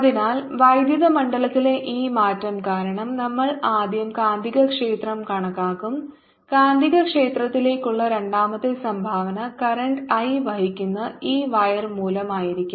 അതിനാൽ വൈദ്യുത മണ്ഡലത്തിലെ ഈ മാറ്റം കാരണം നമ്മൾ ആദ്യം കാന്തികക്ഷേത്രം കണക്കാക്കും കാന്തികക്ഷേത്രത്തിലേക്കുള്ള രണ്ടാമത്തെ സംഭാവന കറന്റ് I വഹിക്കുന്ന ഈ വയർ മൂലമായിരിക്കും